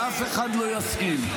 ואף אחד לא יסכים.